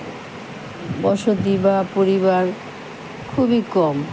বসতি বা পরিবার খুবই কম